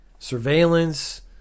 surveillance